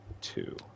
Two